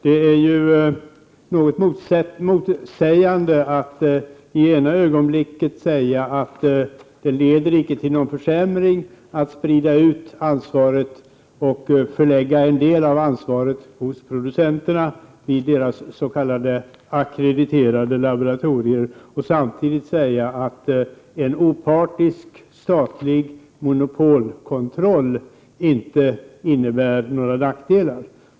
Det är något motsägelsefullt att i det ena ögonblicket säga att det inte leder till någon försämring att sprida ut ansvaret och förlägga en del av ansvaret hos producenterna, i deras s.k. ackrediterade laboratorier, och i det andra ögonblicket säga att en opartisk statlig monopolkontroll inte innebär några nackdelar.